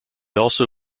also